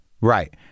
Right